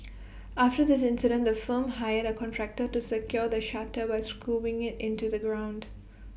after this incident the firm hired A contractor to secure the shutter by screwing IT into the ground